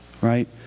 right